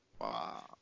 Wow